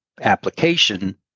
application